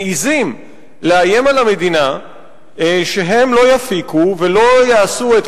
מעזים לאיים על המדינה שהם לא יפיקו ולא יעשו את